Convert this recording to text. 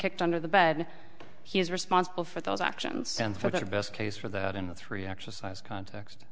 kicked under the bed he is responsible for those actions and for the best case for that in the three exercise context